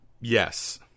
Yes